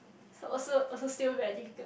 so so also still very difficult